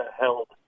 held